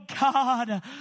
god